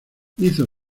hizo